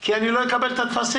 כי אני לא אקבל את הטפסים.